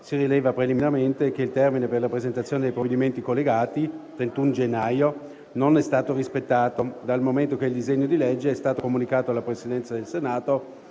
si rileva preliminarmente che il termine per la presentazione dei provvedimenti collegati (31 gennaio) non è stato rispettato, dal momento che il disegno di legge è stato comunicato alla Presidenza del Senato